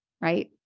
Right